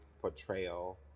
portrayal